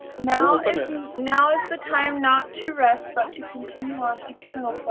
no now is the time not to rest but to continue on eternal